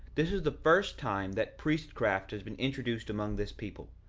this is the first time that priestcraft has been introduced among this people.